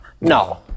no